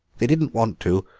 they didn't want to,